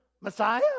messiah